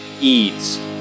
Eads